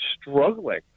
struggling